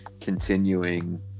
continuing